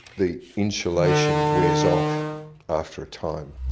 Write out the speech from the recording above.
the insulation wears off after a time.